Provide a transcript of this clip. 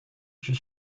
should